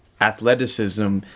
Athleticism